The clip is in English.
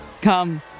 come